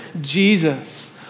Jesus